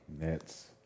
Nets